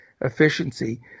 efficiency